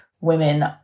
women